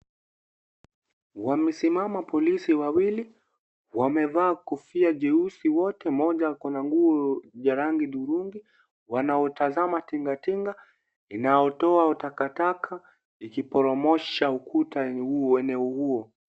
Wamesimama polisi wawili. Wamevaa kofia jeusi wote. Mmoja ako na nguo ya rangi dhurungi. Wanaotazama tinga tinga, inaotoa takataka, ikiporomosha ukuta huo wa eneo huo.